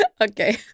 Okay